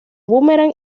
boomerang